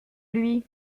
lui